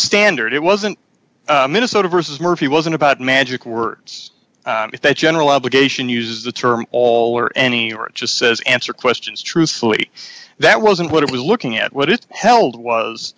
standard it wasn't minnesota versus murphy wasn't about magic words if that general obligation uses the term all or any or it just says answer questions truthfully that wasn't what it was looking at what it held was